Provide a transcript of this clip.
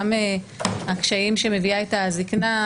גם הקשיים שמביאה איתה הזקנה,